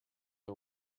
are